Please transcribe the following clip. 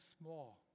small